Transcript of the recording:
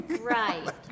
Right